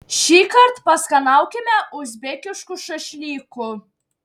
šįkart paskanaukime uzbekiškų šašlykų